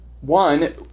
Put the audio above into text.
one